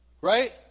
Right